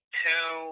two